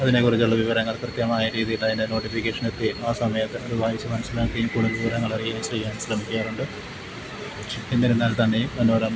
അതിനെക്കുറിച്ചുള്ള വിവരങ്ങള് കൃത്യമായ രീതിയിൽ അതിന് നോട്ടിഫിക്കേഷൻ എത്തുകയും ആ സമയത്ത് അത് വായിച്ച് മനസ്സിലാക്കിയും കൂടുതൽ വിവരങ്ങൾ അറിയാൻ അത് യൂസ് ചെയ്യാന് ശ്രമിക്കാറുണ്ട് എന്നിരുന്നാല്ത്തന്നെയും മനോരമ